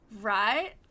Right